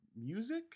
Music